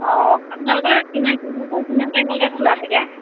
অঁ আপোনালোকৰ কিমান টাইমৰ পৰা কিমান টাইমলৈকে খোলা থাকে